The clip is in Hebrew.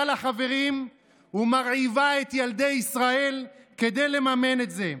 לחברים ומרעיבה את ילדי ישראל כדי לממן את זה,